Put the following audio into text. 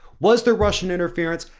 was the russian interference.